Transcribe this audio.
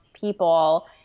people